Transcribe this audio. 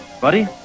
Buddy